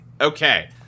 Okay